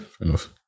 enough